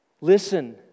Listen